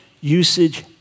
usage